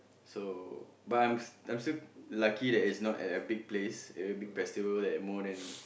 so but I'm st~ I'm still lucky that it's not a big place a big festival that more than